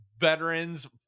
veterans